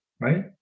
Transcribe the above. right